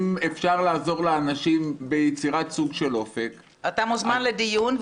אם אפשר לעזור לאנשים ביצירת סוג של אופק --- אתה מוזמן לדיון.